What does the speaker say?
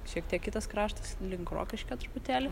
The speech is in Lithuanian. šiek tiek kitas kraštas link rokiškio truputėlį